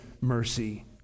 mercy